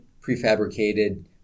prefabricated